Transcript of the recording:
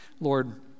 Lord